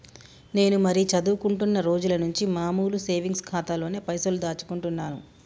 నేను మరీ చదువుకుంటున్నా రోజుల నుంచి మామూలు సేవింగ్స్ ఖాతాలోనే పైసలు దాచుకుంటున్నాను